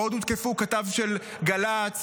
עוד הותקפו כתב של גל"צ,